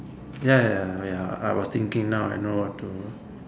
ya ya ya I was thinking now I know what to